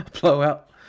blowout